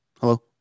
Hello